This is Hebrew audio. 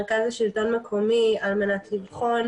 אנחנו כן במגעים עם מרכז השלטון המקומי על מנת לבחון,